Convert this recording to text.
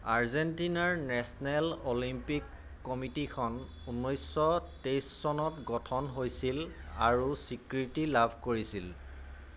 আৰ্জেণ্টিনাৰ national olympic কমিটীখন ঊনৈছশ তেইছ চনত গঠন হৈছিল আৰু স্বীকৃতি লাভ কৰিছিল